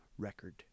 record